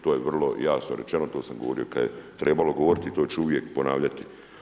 To je vrlo jasno rečeno, to sam govorio kad je trebalo govoriti i to ću uvijek ponavljati.